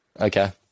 Okay